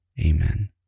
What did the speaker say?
Amen